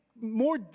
more